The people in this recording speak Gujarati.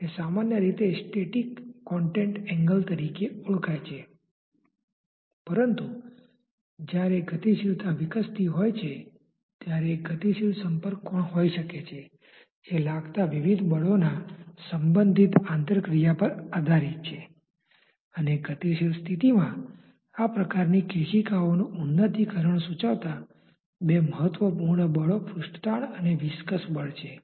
તેથી સાહજિક રીતે આ નકારાત્મક આવવું જોઈએ અને તે સ્પષ્ટ છે કારણ કે તે એક ડ્રેગ ફોર્સ છે